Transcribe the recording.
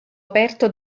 aperto